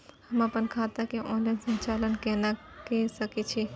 हम अपन खाता के ऑनलाइन संचालन केना के सकै छी?